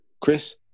chris